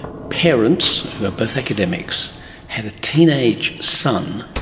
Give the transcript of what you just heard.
parents who are both academics had a teenage son,